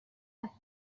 app